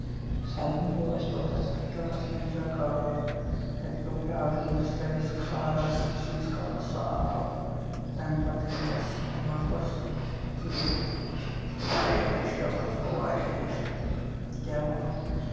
سیدبوٚد پیوٚو اَسہِ پَتہٕ تَتھ ٹٲرَس پنچر کَڑُن تَتہِ پیوو پیارُن مِسترِس کھارس سُہ یِتھِس کالَس سُہ آو تَمہِ پَتہٕ ہٮ۪وٚکھ اَسہِ واپَس نیٖرِتھ واریاہ مُشکِل حظ گوٚو واریاہ مُشکِل کیٛاہ وَنو